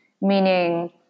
meaning